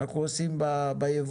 אנחנו עושים ביבוא.